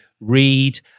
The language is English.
read